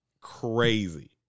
Crazy